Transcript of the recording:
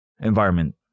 environment